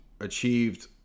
achieved